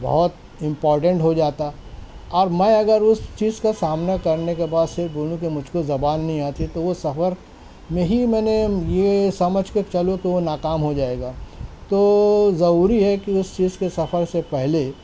بہت امپارٹنٹ ہو جاتا ہے اب میں اگر اس چیز کا سامنا کرنے کے بعد سے بولوں کہ مجھ کو زبان نہیں آتی تو وہ سفر میں ہی انہوں نے یہ سمجھ کے چلو کہ وہ ناکام ہو جائے گا تو ضروری ہے کہ اس چیز کو سفر سے پہلے